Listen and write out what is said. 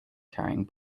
carrying